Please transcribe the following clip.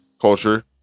culture